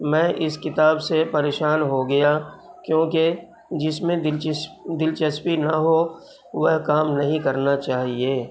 میں اس کتاب سے پریشان ہو گیا کیوںکہ جس میں دلچس دلچسپی نہ ہو وہ کام نہیں کرنا چاہیے